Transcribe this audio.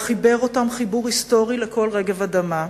חיבר אותם חיבור היסטורי לכל רגב אדמה,